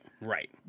Right